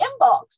inbox